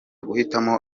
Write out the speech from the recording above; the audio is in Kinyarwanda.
guhitamo